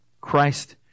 Christ